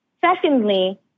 Secondly